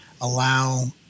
allow